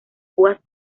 púas